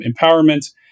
empowerment